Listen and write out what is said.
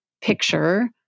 picture